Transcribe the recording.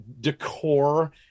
decor